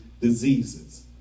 diseases